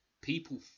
people